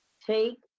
Take